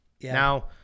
Now